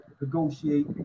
negotiate